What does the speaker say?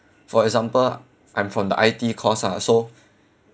for example I'm from the I_T course ah so